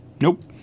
Nope